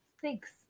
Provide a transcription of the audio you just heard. Thanks